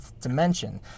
dimension